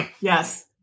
yes